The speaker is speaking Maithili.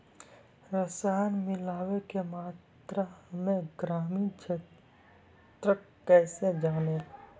रसायन मिलाबै के मात्रा हम्मे ग्रामीण क्षेत्रक कैसे जानै?